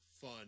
fun